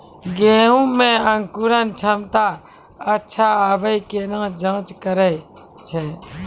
गेहूँ मे अंकुरन क्षमता अच्छा आबे केना जाँच करैय छै?